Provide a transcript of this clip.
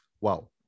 wow